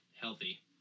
healthy